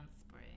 spray